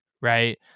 Right